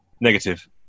Negative